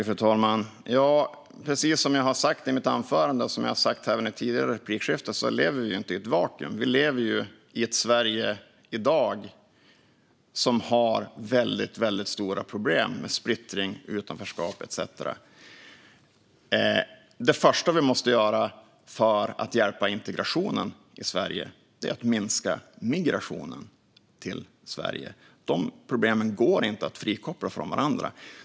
Fru talman! Precis som jag sa i mitt anförande och i ett tidigare replikskifte lever vi inte i ett vakuum. Vi lever i ett Sverige som i dag har väldigt stora problem med splittring, utanförskap etcetera. Det första vi måste göra för att hjälpa integrationen i Sverige är att minska migrationen till Sverige. Dessa problem går inte att frikoppla från varandra.